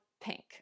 pink